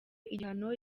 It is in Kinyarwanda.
igihano